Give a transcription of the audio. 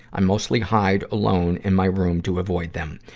i mostly hide alone in my room to avoid them.